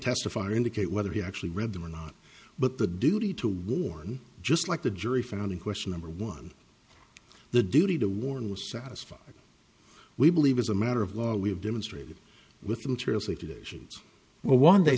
testify or indicate whether he actually read them or not but the duty to warn just like the jury found in question number one the duty to warn was satisfied we believe as a matter of law we've demonstrated with the materials late edition's one they